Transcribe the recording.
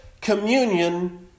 communion